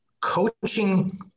coaching